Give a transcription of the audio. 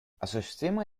осуществима